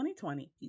2020